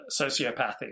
sociopathy